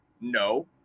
No